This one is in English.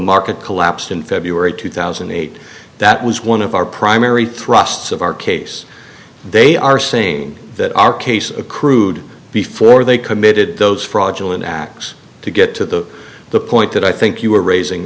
market collapsed in february two thousand and eight that was one of our primary thrusts of our case they are same that our case accrued before they committed those fraudulent acts to get to the point that i think you were raising